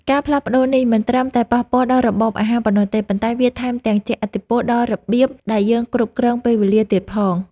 ការផ្លាស់ប្តូរនេះមិនត្រឹមតែប៉ះពាល់ដល់របបអាហារប៉ុណ្ណោះទេ ប៉ុន្តែវាថែមទាំងជះឥទ្ធិពលដល់របៀបដែលយើងគ្រប់គ្រងពេលវេលាទៀតផង។